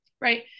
right